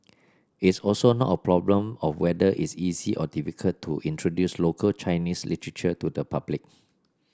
it's also not a problem of whether it's easy or difficult to introduce local Chinese literature to the public